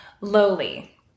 lowly